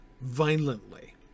violently